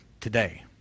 today